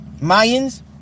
Mayans